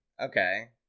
okay